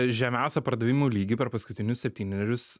žemiausią pardavimų lygį per paskutinius septynerius